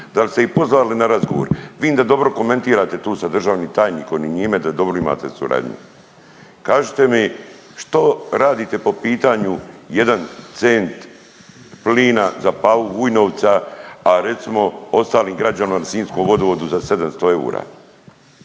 Da li ste ih pozvali na razgovor? Vidim da dobro komentirate tu sa državnim tajnikom i njime i da dobru imate suradnju. Kažite mi, što radite po pitanju 1 cent plina za Pavu Vujnovca, a recimo, ostalim građanima ili sinjskom vodovodu za 700 eura?